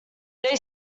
they